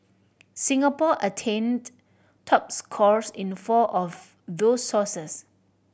Singapore attained top scores in four of those sources